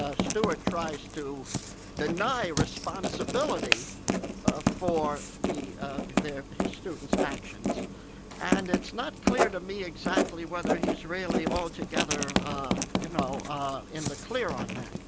ah stewart tries to deny responsibility ah for the the students' actions and it's not clear to me exactly whether he's really altogether you know um in the clear on that.